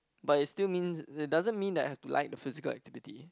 but it's still means that doesn't mean they have to like the physical activity